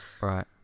right